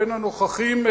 בין הנוכחים,